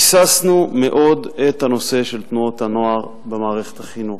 ביססנו מאוד את הנושא של תנועות הנוער במערכת החינוך,